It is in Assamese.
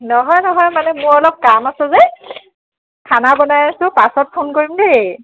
নহয় নহয় মানে মোৰ অলপ কাম আছে যে খানা বনাই আছোঁ পাছত ফোন কৰিম দেই